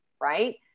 right